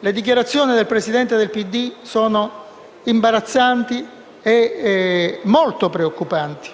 le dichiarazioni del Presidente del PD sono imbarazzanti e molto preoccupanti.